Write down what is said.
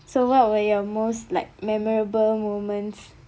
so what were your most like memorable moments